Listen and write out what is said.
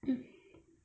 mm